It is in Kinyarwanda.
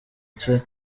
cye